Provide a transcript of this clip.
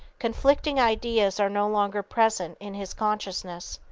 conflicting ideas are no longer present in his consciousness.